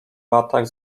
latach